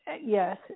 yes